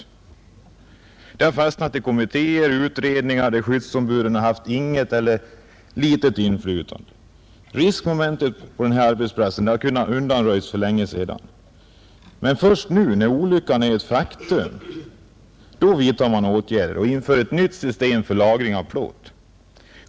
Frågan har fastnat i kommittéer och utredningar där skyddsombuden haft inget eller litet inflytande. Riskmomentet på den här arbetsplatsen hade kunnat undanröjas för länge sedan, men först nu när olyckan är ett faktum vidtar man åtgärder och inför ett nytt system för lagring av plåt.